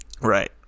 Right